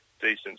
decent